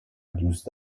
دوست